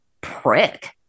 prick